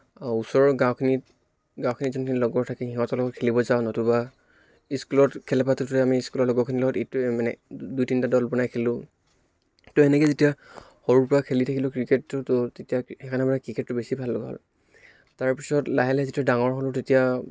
আৰু ওচৰৰ গাঁওখিনিত গাঁওখিনিত যোনখিনি লগৰ থাকে সিহঁতৰ লগত খেলিব যাওঁ নতুবা স্কুলত খেলা পাতোঁতে আমি স্কুলৰ লগৰখিনিৰ লগত ইটোৱে মানে দুই তিনিটা দল বনাই খেলোঁ ত' সেনেকৈ যেতিয়া সৰুৰ পৰা খেলি থাকিলোঁ ক্ৰিকেটটো ত' তেতিয়া সেইকাৰণে মানে ক্ৰিকেটটো বেছি ভাল লগা হ'ল তাৰ পিছত লাহে লাহে যেতিয়া ডাঙৰ হ'লোঁ তেতিয়া